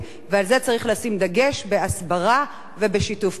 ועל זה צריך לשים דגש בהסברה ובשיתוף פעולה.